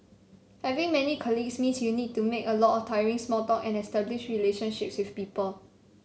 having many colleagues means you need to make a lot of tiring small talk and establish relationships with people